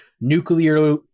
nuclear